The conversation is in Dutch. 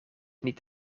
niet